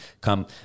Come